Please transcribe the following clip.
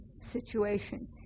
situation